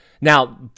Now